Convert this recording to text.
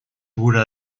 bruder